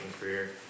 career